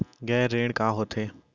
गैर ऋण का होथे?